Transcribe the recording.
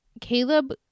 Caleb